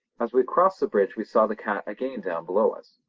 as we crossed the bridge we saw the cat again down below us.